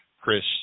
Chris